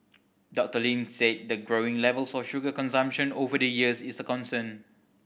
Doctor Ling said the growing level for sugar consumption over the years is a concern